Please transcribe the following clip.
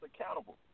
accountable